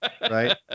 Right